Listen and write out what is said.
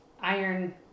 Iron